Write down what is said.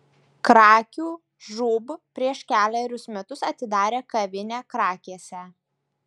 krakių žūb prieš kelerius metus atidarė kavinę krakėse